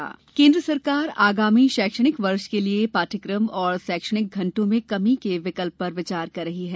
पाठ्यक्रम केन्द्र सरकार आगामी शैक्षणिक वर्ष के लिए पाठ्यक्रम और शैक्षिणक घंटों में कमी के विकल्प पर विचार कर रही है